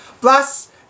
Plus